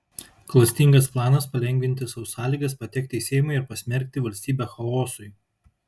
klastingas planas palengvinti sau sąlygas patekti į seimą ir pasmerkti valstybę chaosui